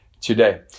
today